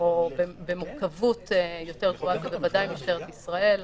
או במורכבות יותר גבוהה זו בוודאי משטרת ישראל.